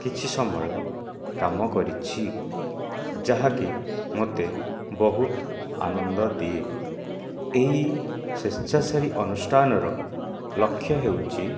କିଛି ସମୟ କାମ କରିଛି ଯାହାକି ମୋତେ ବହୁତ ଆନନ୍ଦ ଦିଏ ଏହି ସ୍ବେଚ୍ଛାଚାରୀ ଅନୁଷ୍ଠାନର ଲକ୍ଷ୍ୟ ହେଉଛି